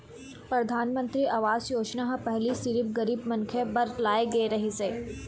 परधानमंतरी आवास योजना ह पहिली सिरिफ गरीब मनखे बर लाए गे रहिस हे